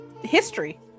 history